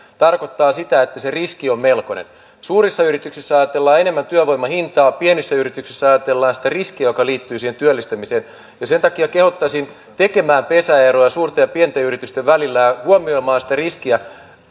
tarkoittaa sitä että se riski on melkoinen suurissa yrityksissä ajatellaan enemmän työvoiman hintaa pienissä yrityksissä ajatellaan sitä riskiä joka liittyy työllistämiseen sen takia kehottaisin tekemään pesäeroa suurten ja pienten yritysten välillä ja huomioimaan sitä riskiä